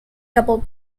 double